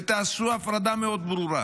ותעשו הפרדה מאוד ברורה.